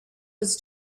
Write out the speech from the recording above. was